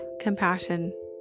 compassion